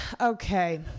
Okay